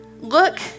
Look